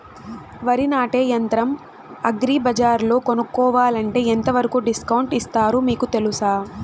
వరి నాటే యంత్రం అగ్రి బజార్లో కొనుక్కోవాలంటే ఎంతవరకు డిస్కౌంట్ ఇస్తారు మీకు తెలుసా?